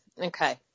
Okay